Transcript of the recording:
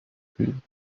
cream